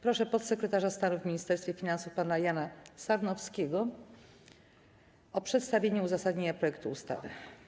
Proszę podsekretarza stanu w Ministerstwie Finansów pana Jana Sarnowskiego o przedstawienie uzasadnienia projektu ustawy.